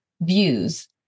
views